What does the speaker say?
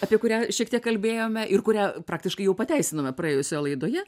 apie kurią šiek tiek kalbėjome ir kurią praktiškai jau pateisinome praėjusioje laidoje